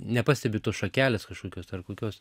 nepastebi tos šakelės kažkokios ar kokios